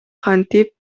кантип